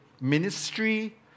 ministry